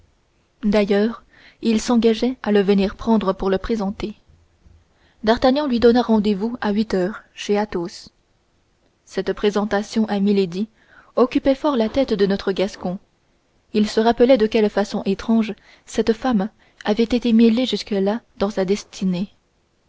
d'ailleurs il s'engageait à le venir prendre pour le présenter d'artagnan lui donna rendez-vous à huit heures chez athos cette présentation à milady occupait fort la tête de notre gascon il se rappelait de quelle façon étrange cette femme avait été mêlée jusque-là dans sa destinée